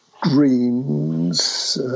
greens